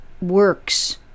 works